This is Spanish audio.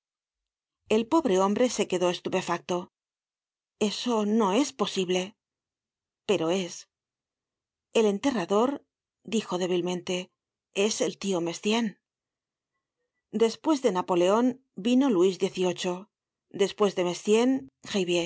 el pobre hombre se quedó estupefacto eso no es posible pero es el enterrador dijo débilmente es el tio mestienne despues de napoleon vino luis xviii despues de